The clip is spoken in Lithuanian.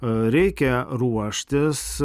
reikia ruoštis